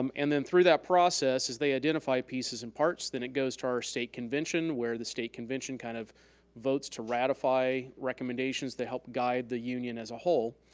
um and then through that process is they identify pieces and parts then it goes to our state convention where the state convention kind of votes to ratify recommendations that help guide the union as a whole.